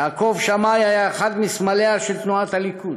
יעקב שמאי היה אחד מסמליה של תנועת הליכוד.